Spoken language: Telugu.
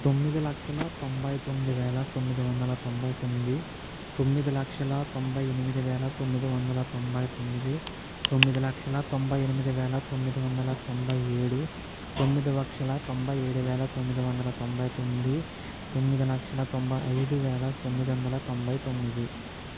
తొమ్మిది లక్షల తొంభై తొమ్మిది వేల తొమ్మిది వందల తొంభై తొమ్మిది తొమ్మిది లక్షల తొంభై ఎనిమిది వేల తొమ్మిది వందల తొంభై తొమ్మిది తొమ్మిది లక్షల తొంభై ఎనిమిది వేల తొమ్మిది వందల తొంభై ఏడు తొమ్మిది లక్షల తొంభై ఏడు వేల తొమ్మిది వందల తొంభై తొమ్మిది తొమ్మిది లక్షల తొంభై ఐదు వేల తొమ్మిది వందల తొంభై తొమ్మిది